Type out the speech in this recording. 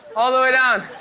all the way down.